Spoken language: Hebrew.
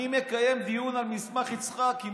אני מקיים דיון על מסמך יצחקי.